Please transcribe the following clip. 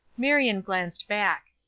marion glanced back.